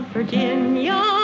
Virginia